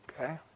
Okay